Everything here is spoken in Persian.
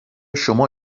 شما